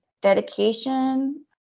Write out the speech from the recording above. dedication